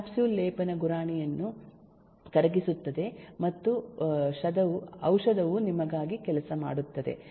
capsule ಲೇಪನ ಗುರಾಣಿಯನ್ನು ಕರಗಿಸುತ್ತದೆ ಮತ್ತು ಔಷಧವು ನಿಮಗಾಗಿ ಕೆಲಸ ಮಾಡುತ್ತದೆ